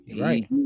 right